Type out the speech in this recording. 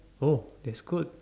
oh that's good